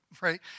right